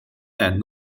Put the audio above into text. and